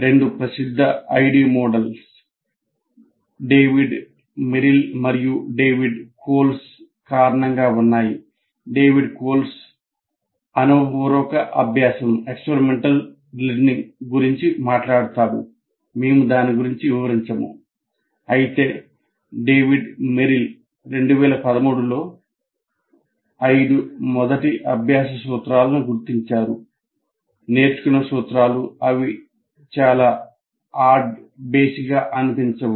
రెండు ప్రసిద్ధ ID models David Merrill మరియు డేవిడ్ కోల్బ్ గా అనిపించవు